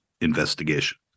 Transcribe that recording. investigation